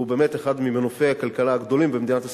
והוא באמת אחד ממנופי הכלכלה הגדולים במדינת ישראל,